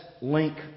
link